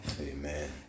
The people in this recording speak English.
Amen